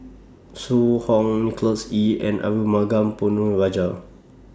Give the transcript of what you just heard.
Zhu Hong Nicholas Ee and Arumugam Ponnu Rajah